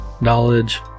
knowledge